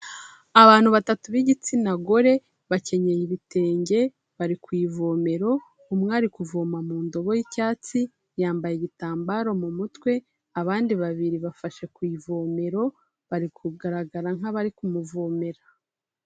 Abantu batatu b'igitsina gore bakenyeye ibitenge bari ku ivomero, umwe ari kuvoma mu ndobo y'icyatsi yambaye igitambaro mu mutwe, abandi babiri bafashe ku ivomero, bari kugaragara nk'abari kumuvomera.